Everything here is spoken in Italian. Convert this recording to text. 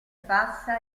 passa